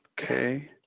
Okay